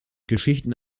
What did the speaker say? geschichte